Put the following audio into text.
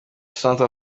centre